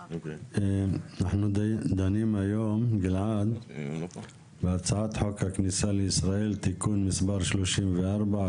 אנחנו דנים היום בהצעת חוק הכניסה לישראל (תיקון מס' 34),